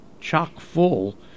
chock-full